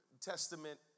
Testament